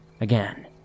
Again